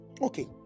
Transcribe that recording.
Okay